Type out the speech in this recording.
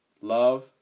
Love